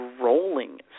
rolling